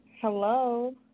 Hello